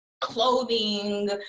clothing